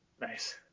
Nice